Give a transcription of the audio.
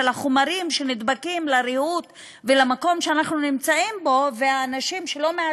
של החומרים שנדבקים לריהוט ולמקום שאנחנו נמצאים בו,